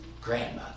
grandma